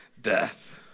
Death